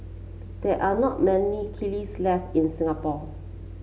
there are not many kilns left in Singapore